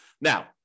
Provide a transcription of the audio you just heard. Now